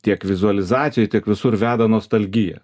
tiek vizualizacijoj tiek visur veda nostalgija